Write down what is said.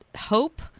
hope